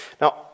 Now